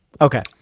Okay